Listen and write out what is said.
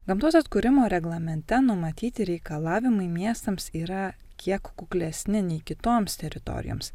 gamtos atkūrimo reglamente numatyti reikalavimai miestams yra kiek kuklesni nei kitoms teritorijoms